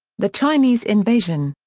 the chinese invasion.